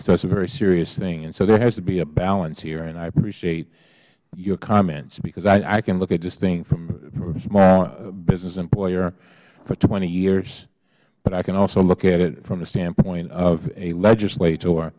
is a very serious thing so there has to be a balance here and i appreciate your comments because i can look at this thing from a small business employer for twenty years but i can also look at it from the standpoint of a legislat